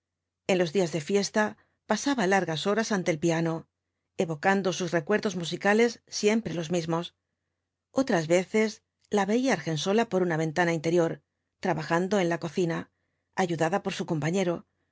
en los días de fiesta pasaba largas horas ante el piano evocando sus recuerdos musicales siempre los mismos otras veces la veía argensola por una ventana interior trabajando en la cocina ayudada por su compañero